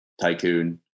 tycoon